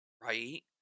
Right